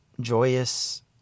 joyous